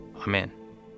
Amen